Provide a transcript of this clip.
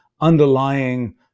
underlying